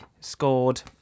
scored